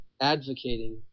advocating